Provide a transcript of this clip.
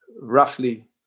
roughly